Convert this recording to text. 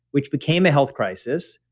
which became a health crisis,